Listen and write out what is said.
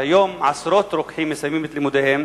היום עשרות רוקחים מסיימים את לימודיהם,